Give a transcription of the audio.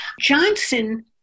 Johnson